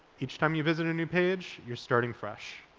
each time you visit a new page, you're starting fresh.